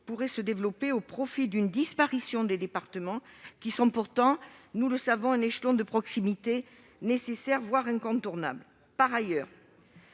pourrait entraîner une disparition des départements, qui sont pourtant, nous le savons, un échelon de proximité nécessaire, voire incontournable. Par ailleurs,